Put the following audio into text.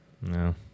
No